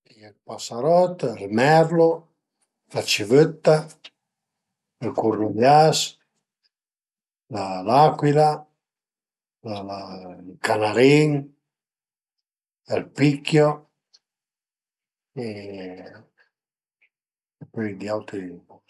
A ie ël pasarot, ël merlu, la civëtta, ël curnaias, l'acuila, la la ël canarin, ël pocchio e pöi di autri bo sai nen